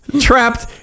trapped